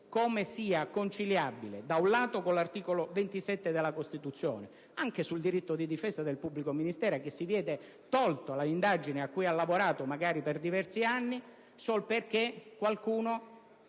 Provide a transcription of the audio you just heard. Come sia conciliabile tutto questo, da un lato, con l'articolo 27 della Costituzione (anche sul diritto di difesa del pubblico ministero, che si vede tolta l'indagine cui ha lavorato, magari per diversi anni, solo perché qualcuno